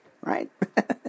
right